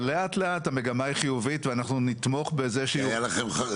אבל לאט לאט המגמה היא חיובית ואנחנו נתמוך בזה --- היה לכם,